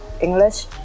english